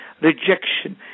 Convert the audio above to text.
rejection